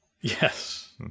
Yes